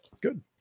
Good